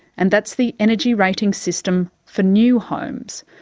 and that's the energy rating system for new homes,